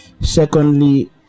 secondly